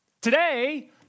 Today